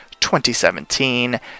2017